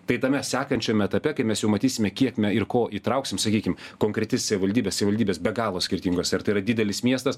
tai tame sekančiame etape kai mes matysime kiek ir ko įtrauksim sakykim konkreti savivaldybė savivaldybės be galo skirtingos ar tai yra didelis miestas